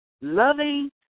loving